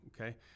okay